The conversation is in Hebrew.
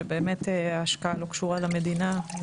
שבאמת ההשקעה לא קשורה למדינה.